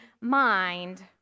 mind